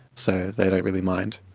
so they don't really mind.